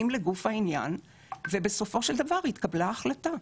לגוף העניין ובסופו של דבר התקבלה ההחלטה.